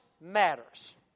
matters